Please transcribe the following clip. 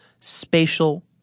spatial